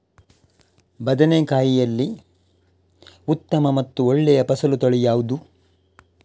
ಬದನೆಕಾಯಿಯಲ್ಲಿ ಉತ್ತಮ ಮತ್ತು ಒಳ್ಳೆಯ ಫಸಲು ತಳಿ ಯಾವ್ದು?